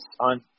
on